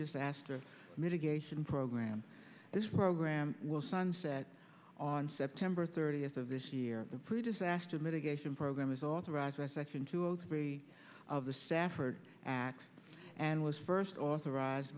disaster mitigation program this program will sunset on september thirtieth of this year the pre disaster mitigation program is authorized by section two zero zero three of the stafford act and was first authorized